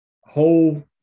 whole